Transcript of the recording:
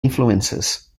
influences